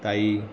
ताई